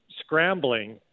scrambling